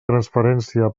transferència